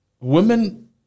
women